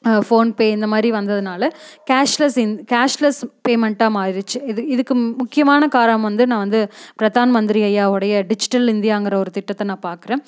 phone பே இந்த மாதிரி வந்ததுனால கேஷ் லெஸ் இந்த கேஷ் லெஸ் பேமண்ட்டாக மாறிருச்சு இது இதுக்கு முக்கியமான காரம் வந்து நான் வந்து பிரதான் மந்திரி ஐயா ஓடைய டிஜிட்டல் இந்தியாங்கிற ஒரு திட்டத்தை நான் பாக்கறேன்